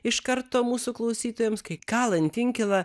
iš karto mūsų klausytojams kai kalant inkilą